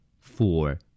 four